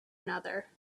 another